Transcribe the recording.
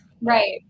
Right